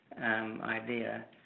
idea